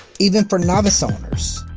even for novice owners.